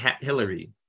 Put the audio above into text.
Hillary